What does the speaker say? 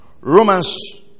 Romans